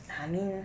I mean